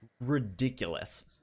ridiculous